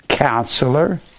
Counselor